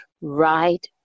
right